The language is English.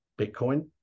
Bitcoin